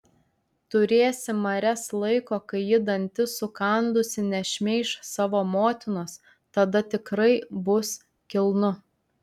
turėsi marias laiko kai ji dantis sukandusi nešmeiš savo motinos tada tikrai bus kilnu